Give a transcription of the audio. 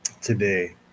today